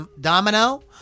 Domino